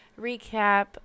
recap